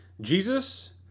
Jesus